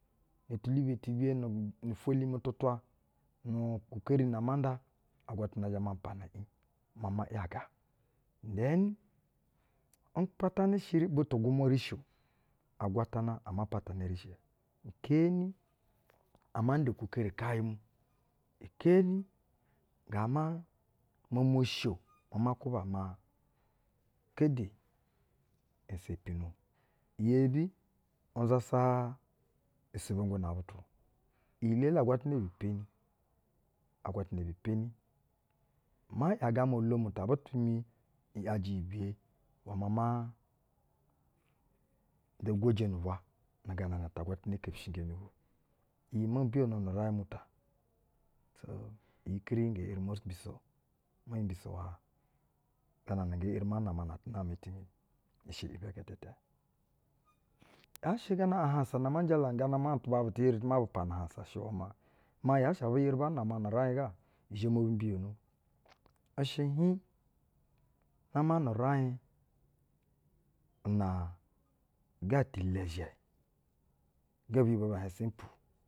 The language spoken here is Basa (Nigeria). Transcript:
No tuluno ti biye num ifelu mi tu twanu ukukeri na ama nda, agwatana zhɛ ma pana nŋ maa ma ‘yaga. Den, mpatanɛ shɛ butu gwumwa rishe o, agwatana ama patina rishe. Ukeeni ama nda kukeri kenyɛ mu, ikeeni ga ma momo sho maa ma kuba maa kede ensepi-uno o. Iyebi, nzasa isɛvwɛŋgwɛ nab utu o, iyi-elele agwata bu peni, agwatanan bi peni. Ma ‘yaga amɛ-olom ta butu mi ‘yajɛ iyi biye iwɛ maa ma nda ugwojɛ nu-ubwa nu gana na ta-agwatana kepishingeni bu, iyi mo mbiyonu nu uraiŋ mu ta. Nu gana ata, iyi kiri nge eri mo mbiso, mo hi mbiso uwa gana nge eri ma nama nab utu mi, i shɛ ibɛ gɛtɛtɛ. yaa shɛ gana ahaŋsa na ama jala gana maa atuba bu du eri ma u pana ahaŋsa i shɛ iwɛ maa, maa yaa shɛ ebi eri ba nama nu-uraiŋ ga, izhɛ mo bo mbiyono. I shɛ hiiŋ, nama nu-uraiŋ una ga tɛ lɛzhɛ. Gɛ biyibwo bɛ hieŋ simple.